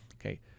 Okay